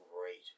great